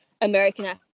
American